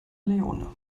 leone